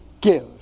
Give